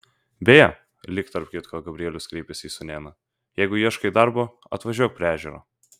beje lyg tarp kitko gabrielius kreipėsi į sūnėną jeigu ieškai darbo atvažiuok prie ežero